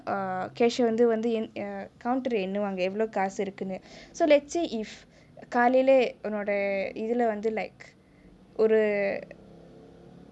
err cashier வந்து வந்து:vanthu vanthu err counter லே எண்ணுவாங்கே எவ்வளோ காசு இருக்குனு:le yennuvaangae evalo kaasu irukunu so let say if காலைலே உன்னோட இதுலே வந்து:kalailae unnode ithulae vanthu like ஒரு:oru